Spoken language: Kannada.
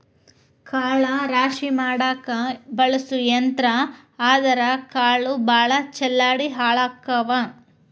ಕಾಳ ರಾಶಿ ಮಾಡಾಕ ಬಳಸು ಯಂತ್ರಾ ಆದರಾ ಕಾಳ ಭಾಳ ಚಲ್ಲಾಡಿ ಹಾಳಕ್ಕಾವ